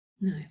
No